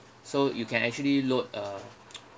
so you can actually load uh